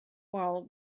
while